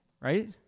Right